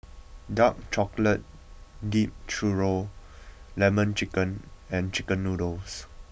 Dark Chocolate Dipped Churro Lemon Chicken and Chicken Noodles